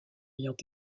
ayant